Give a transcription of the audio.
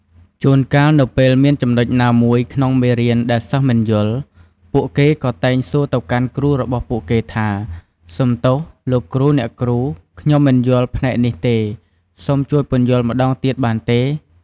ជួនកាល នៅពេលមានចំណុចណាមួយក្នុងមេរៀនដែលសិស្សមិនយល់ ពួកគេក៏តែងសួរទៅកាន់គ្រូរបស់ពួកគេថា សុំទោស លោកគ្រូ អ្នកគ្រូ ខ្ញុំមិនយល់ផ្នែកនេះទេ សូមជួយពន្យល់ម្ដងទៀតបានទេ។